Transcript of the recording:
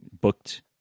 booked